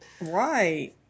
right